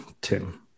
Tim